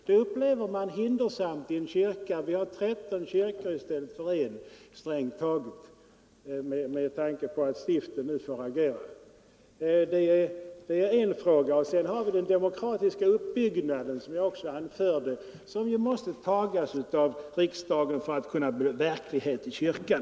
Det upplever man inom kyrkan besvärande. Vi har strängt taget 13 kyrkor i stället för en med tanke på att stiftsorganisationerna får agera var för sig. Sedan har vi organisationens demokratiska uppbyggnad som måste beslutas av riksdagen för att kunna bli verklighet i kyrkan.